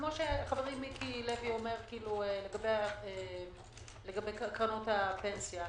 כפי שחברי מיקי לוי אומר לגבי קרנות הפנסיה,